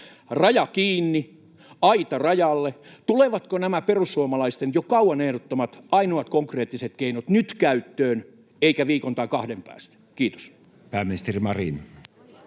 Raja kiinni, aita rajalle — tulevatko nämä perussuomalaisten jo kauan ehdottamat ainoat konkreettiset keinot nyt käyttöön, eivätkä viikon tai kahden päästä? — Kiitos. Pääministeri Marin.